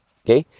okay